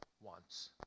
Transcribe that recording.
wants